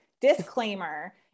disclaimer